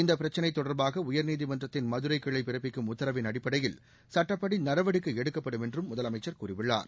இந்த பிரச்சினை தொடர்பாக உயர்நீதிமன்றத்தின் மதுரை கிளை பிறப்பிக்கும் உத்தரவின் அடிப்படையில் சட்டப்படி நடவடிக்கை எடுக்கப்படும் என்றும் முதலமைச்ச் கூறியுள்ளார்